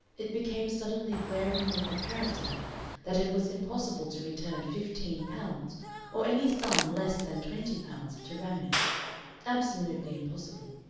it became suddenly glaringly apparent to her that it was impossible to return fifteen pounds or any sum less than twenty pounds to ramage absolutely impossible.